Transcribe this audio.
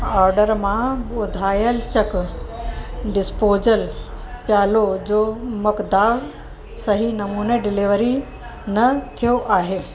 order मां ॿुधाइलु चक डिस्पोजल प्यालो जो मक़दारु सही नमूने डिलीवरी न थियो आहे